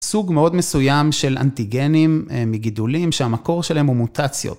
סוג מאוד מסוים של אנטיגנים מגידולים שהמקור שלהם הוא מוטציות.